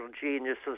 geniuses